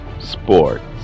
Sports